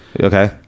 Okay